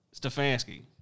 Stefanski